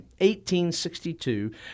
1862